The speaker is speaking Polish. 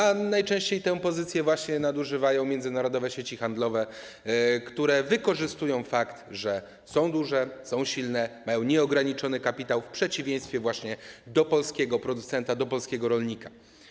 A najczęściej tej pozycji nadużywają właśnie międzynarodowe sieci handlowe, które wykorzystują fakt, że są duże, są silne, mają nieograniczony kapitał w przeciwieństwie do polskiego producenta, do polskiego rolnika.